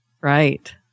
Right